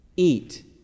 Eat